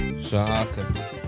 Shaka